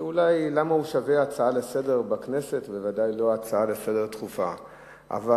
שאולי לא שווה הצעה לסדר-היום בכנסת,